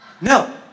No